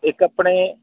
ਇੱਕ ਆਪਣੇ